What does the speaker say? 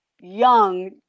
young